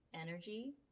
energy